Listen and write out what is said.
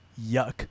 yuck